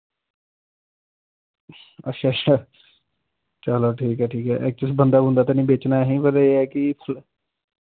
अच्छा अच्छा चलो ठीक ऐ ठीक ऐ एक्चुअली बंदा बूंदा ते निं बेचना ऐ असी चलो एह् ऐ कि